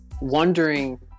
wondering